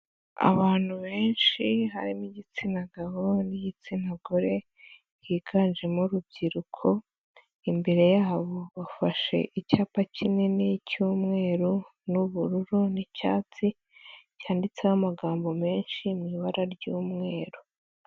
Abantu benshi harimo igitsina gabo n'igitsina gore, higanjemo urubyiruko, imbere yabo bafashe icyapa kinini cy'umweru n'ubururu n'icyatsi, cyanditseho amagambo menshi mu ibara ry'umweru.